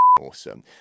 awesome